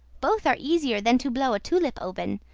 both are easier than to blow a tulip open.